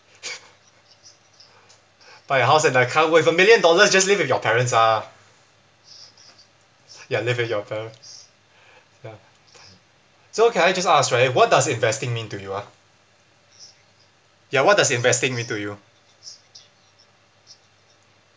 buy a house and a car with a million dollars just live with your parents ah ya live with your parent ya so can I just ask right what does investing mean to you ah ya what does investing me to you